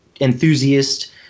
enthusiast